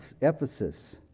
Ephesus